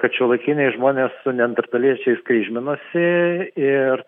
kad šiuolaikiniai žmonės su neandertaliečiais kryžminosi ir